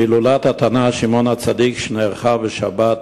בהילולת התנא שמעון הצדיק שנערכה בשבת